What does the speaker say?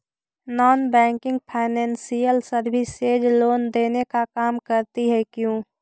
Non banking financial services loan देने का काम करती है क्यू?